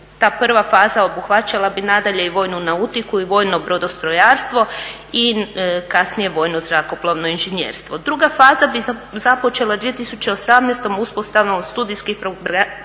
ta prva faza obuhvaćala bi nadalje i vojnu nautiku i vojno brodostrojarstvo i kasnije vojno zrakoplovno inženjerstvo. Druga faza bi započela 2018. uspostavom studijskih programa